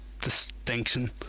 distinction